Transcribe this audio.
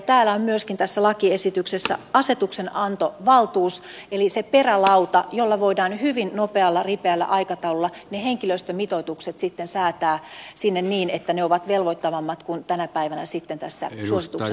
täällä on myöskin tässä lakiesityksessä asetuksenantovaltuus eli se perälauta jolla voidaan hyvin nopealla ripeällä aikataululla ne henkilöstömitoitukset säätää sinne niin että ne ovat velvoittavammat kuin tänä päivänä sitten tässä suosituksen tasolla